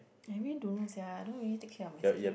I really don't know sia I don't really take care of my skin